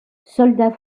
soldats